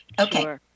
Okay